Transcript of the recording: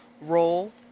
roll